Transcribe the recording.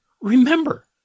Remember